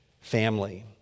family